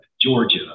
georgia